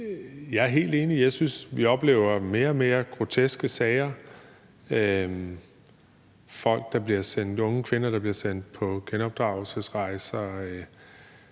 jeg er helt enig. Jeg synes, vi oplever mere og mere groteske sager: unge kvinder, der bliver sendt på genopdragelsesrejser,